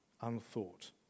unthought